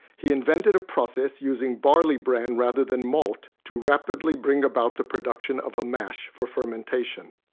he invented a process using barley bran rather than malt to rapidly bring about the production of a mash for fermentation.